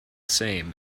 same